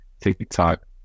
TikTok